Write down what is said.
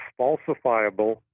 falsifiable